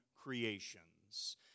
creations